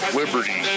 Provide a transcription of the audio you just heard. liberty